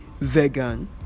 vegan